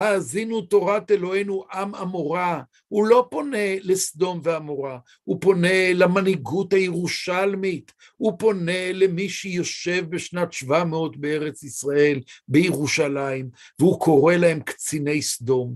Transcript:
אז הנה תורת אלוהינו עם אמורה, הוא לא פונה לסדום ואמורה, הוא פונה למנהיגות הירושלמית, הוא פונה למי שיושב בשנת 700 בארץ ישראל, בירושלים, והוא קורא להם קציני סדום